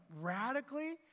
radically